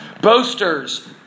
Boasters